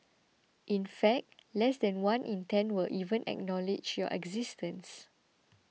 in fact less than one in ten will even acknowledge your existence